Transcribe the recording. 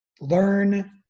learn